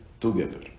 together